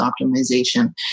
optimization